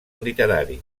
literari